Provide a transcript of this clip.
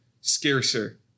scarcer